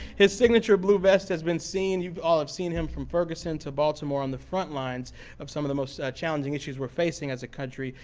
his signature blue vest has been seen you all have seen him from ferguson to baltimore on the front lines of some of the most challenging issues we're facing as a country,